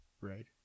Right